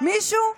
מישהו?